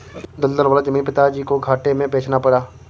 दलदल वाला जमीन पिताजी को घाटे में बेचना पड़ा